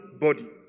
body